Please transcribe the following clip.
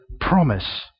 promise